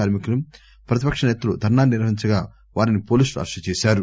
కార్మికులు ప్రతిపక్ష నేతలు ధర్నా నిర్వహించగా వారిని పోలీసులు అరెస్టు చేశారు